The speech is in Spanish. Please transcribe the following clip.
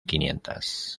quinientas